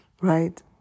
right